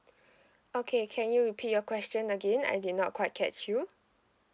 okay can you repeat your question again I did not quite catch you